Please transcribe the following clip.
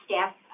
staff